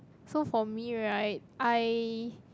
so for me right I